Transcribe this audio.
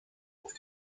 auf